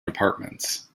departments